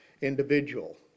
individual